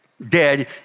dead